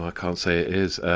ah can't say it is,